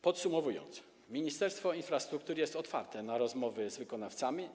Podsumowując: Ministerstwo Infrastruktury jest otwarte na rozmowy z wykonawcami.